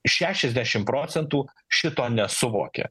šešiasdešim procentų šito nesuvokia